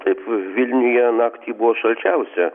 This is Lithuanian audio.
taip vilniuje naktį buvo šalčiausia